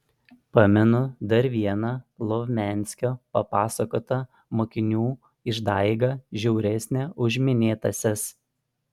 pamenu dar vieną lovmianskio papasakotą mokinių išdaigą žiauresnę už minėtąsias